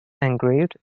engraved